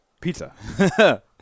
pizza